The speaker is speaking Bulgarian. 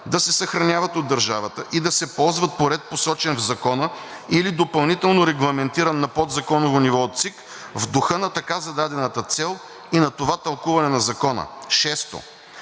да се съхраняват от държавата и да се ползват по ред, посочен в закона или допълнително регламентиран на подзаконово ниво от ЦИК, в духа на така зададената цел и на това тълкуване на Закона. 6.